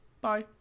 Bye